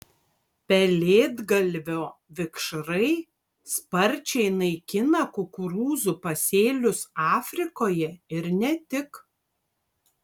pelėdgalvio vikšrai sparčiai naikina kukurūzų pasėlius afrikoje ir ne tik